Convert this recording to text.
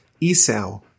Esau